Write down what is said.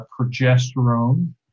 progesterone